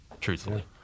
truthfully